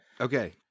Okay